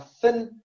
thin